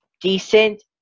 decent